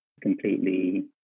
completely